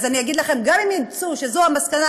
אז אני אגיד לכם: גם אם ימצאו שזו המסקנה,